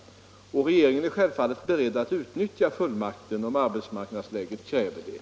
Regeringen är självfallet beredd att utnyttja fullmakten om arbetsmarknadsläget kräver det.